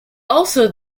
also